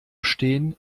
steen